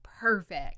perfect